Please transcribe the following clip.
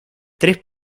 tres